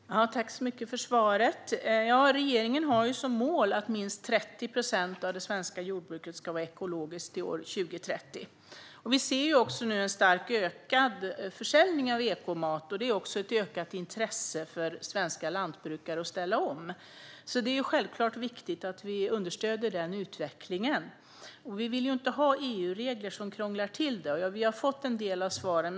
Herr talman! Tack så mycket för svaret, statsrådet! Regeringen har som mål att minst 30 procent av det svenska jordbruket ska vara ekologiskt till år 2030. Vi ser nu en starkt ökad försäljning av ekomat. Det är också ett ökat intresse hos svenska lantbrukare att ställa om. Det är självklart viktigt att vi understöder den utvecklingen. Vi vill inte ha EU-regler som krånglar till det. Vi har fått en del av svaren.